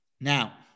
now